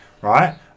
right